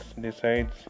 decides